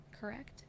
correct